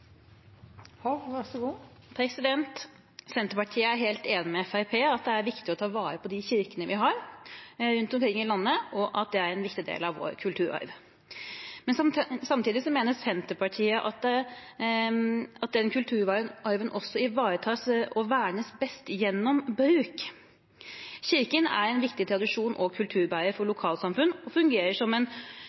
viktig å ta vare på de kirkene vi har rundt omkring i landet, og at de er en viktig del av vår kulturarv. Samtidig mener Senterpartiet at den kulturarven også ivaretas og vernes best gjennom bruk. Kirken er en viktig tradisjons- og kulturbærer for lokalsamfunn og fungerer som en